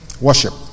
Worship